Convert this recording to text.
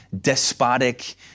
despotic